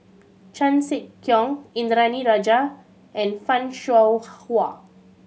Chan Sek Keong Indranee Rajah and Fan Shao Hua